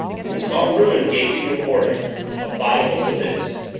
he saw ruin gaping before him a bottomless abyss.